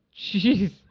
Jeez